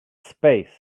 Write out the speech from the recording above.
space